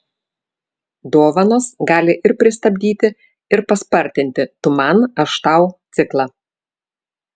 dovanos gali ir pristabdyti ir paspartinti tu man aš tau ciklą